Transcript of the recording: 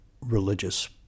religious